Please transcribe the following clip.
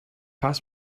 passed